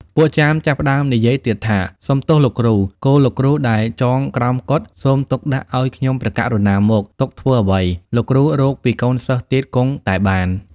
ពួកចាមចាប់ផ្ដើមនិយាយទៀតថា "សុំទោសលោកគ្រូ! គោលោកគ្រូដែលចងក្រោមកុដិ សូមទុកដាក់ឲ្យខ្ញុំព្រះករុណាមក! ទុកធ្វើអ្វី? លោកគ្រូរកពីកូនសិស្សទៀតគង់តែបាន។